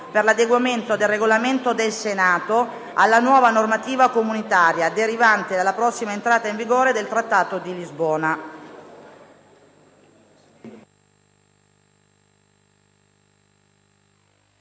per 1'adeguamento del Regolamento del Senato alla nuova normativa comunitaria derivante dalla prossima entrata in vigore del Trattato di Lisbona.